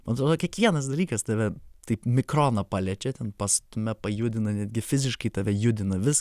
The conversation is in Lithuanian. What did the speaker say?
man atrodo kiekvienas dalykas tave taip mikroną paliečia ten pastumia pajudina netgi fiziškai tave judina vis